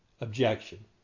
objection